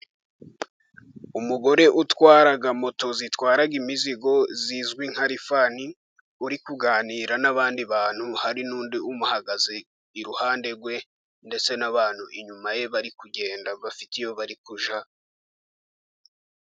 Umugore utwara moto zitwara imizigo zizwi nka rifani, uri kuganira n'abandi bantu hari n'undi umuhagaze iruhande rwe ndetse n'abantu inyuma ye bari kugenda bafite iyo bari kujya.